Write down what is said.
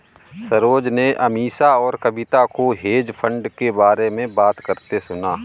सरोज ने अमीषा और कविता को हेज फंड के बारे में बात करते सुना